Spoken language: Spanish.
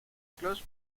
claus